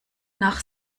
nach